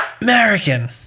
american